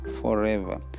forever